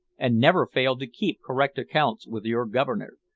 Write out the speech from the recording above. and never fail to keep correct accounts with your governor.